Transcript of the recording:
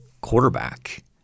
quarterback